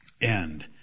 end